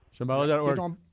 Shambhala.org